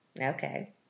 Okay